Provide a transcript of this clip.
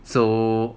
so